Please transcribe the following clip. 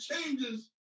changes